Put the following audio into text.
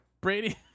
Brady